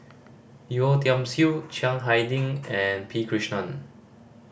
Yeo Tiam Siew Chiang Hai Ding and P Krishnan